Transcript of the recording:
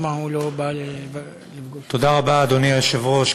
אדוני היושב-ראש,